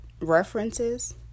references